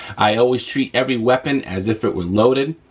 i always treat every weapon as if it were loaded.